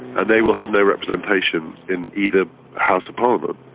and they will have no representation in either house of parliament.